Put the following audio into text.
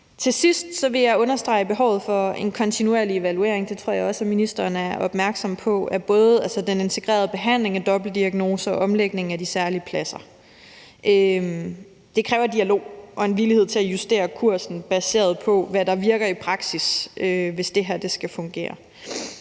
Til sidst vil jeg understrege behovet for en kontinuerlig evaluering – det tror jeg også ministeren er opmærksom på – af både den integrerede behandling af dobbeltdiagnoser og omlægningen af de særlige pladser. Det kræver dialog og en villighed til at justere kursen baseret på, hvad der virker i praksis, hvis det her skal fungere.